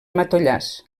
matollars